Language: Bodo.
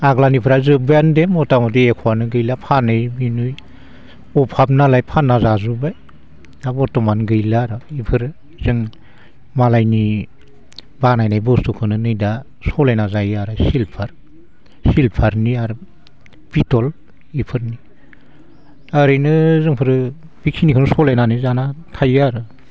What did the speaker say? आगोलनिफ्रा जोबबायानो दे मथा मथि एखआनो गैला फानै बिनै अभाब नालाय फानना जाजोबबाय दा बरथमान गैला आरो बेफोरो जों मालायनि बानायनाय बस्थुखौनो नै दा सालायना जायो आरो सिलभार सिलभारनि आरो पिटल बेफोरनि ओरैनो जोंफोरो बेखिनिखौल' सालायनानै जानानै थायो आरो